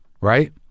Right